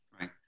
Right